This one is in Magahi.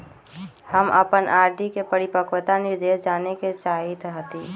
हम अपन आर.डी के परिपक्वता निर्देश जाने के चाहईत हती